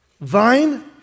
Vine